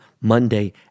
Monday